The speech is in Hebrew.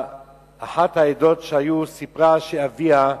עדה אחת סיפרה כי אביה,